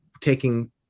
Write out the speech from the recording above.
taking